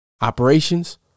Operations